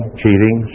cheating